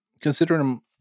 considering